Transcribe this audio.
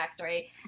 backstory